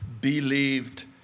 believed